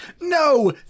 No